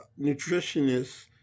nutritionists